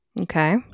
Okay